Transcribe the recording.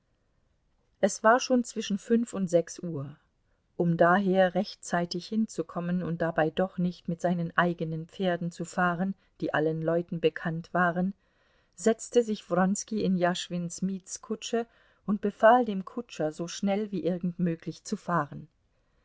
es war schon zwischen fünf und sechs uhr um daher rechtzeitig hinzukommen und dabei doch nicht mit seinen eigenen pferden zu fahren die allen leuten bekannt waren setzte sich wronski in jaschwins mietskutsche und befahl dem kutscher so schnell wie irgend möglich zu fahren